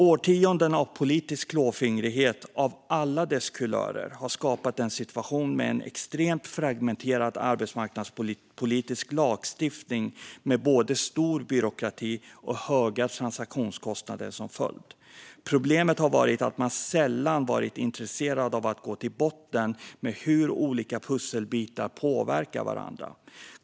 Årtionden av politisk klåfingrighet av alla dess kulörer har skapat en situation med en extremt fragmenterad arbetsmarknadspolitisk lagstiftning med både stor byråkrati och höga transaktionskostnader som följd. Problemet har varit att man sällan har varit intresserad av att gå till botten med hur olika pusselbitar påverkar varandra.